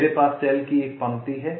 मेरे पास सेल की एक पंक्ति है